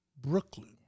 Brooklyn